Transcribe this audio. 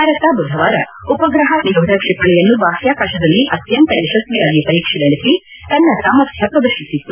ಭಾರತ ಬುಧವಾರ ಉಪಗ್ರಹ ನಿರೋಧ ಕ್ಷಿಪಣಿಯನ್ನು ಬಾಹ್ಲಾಕಾಶದಲ್ಲಿ ಅತ್ಯಂತ ಯಶಸ್ವಿಯಾಗಿ ಪರೀಕ್ಷೆ ನಡೆಸಿ ತನ್ನ ಸಾಮರ್ಥ್ನ ಪ್ರದರ್ಶಿಸಿತ್ತು